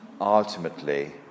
ultimately